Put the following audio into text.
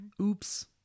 Oops